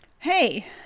Hey